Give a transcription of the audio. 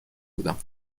بودم